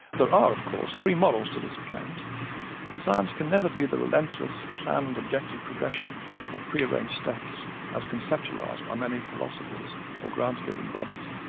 there are of course three morals to this account science can never be the relentless planned objective progression of pre-arranged steps as conceptualised by many philosophers or grant-giving bodies,